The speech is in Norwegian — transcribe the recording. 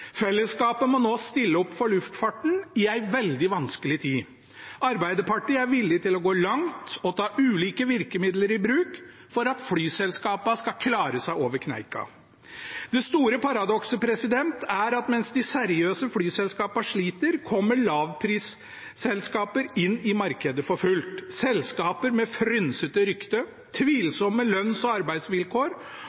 Fellesskapet må nå stille opp for luftfarten i en veldig vanskelig tid. Arbeiderpartiet er villig til å gå langt og ta ulike virkemidler i bruk for at flyselskapene skal klare seg over kneika. Det store paradokset er at mens de seriøse flyselskapene sliter, kommer lavprisselskaper inn i markedet for fullt, selskaper med frynsete rykte,